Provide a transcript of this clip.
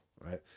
right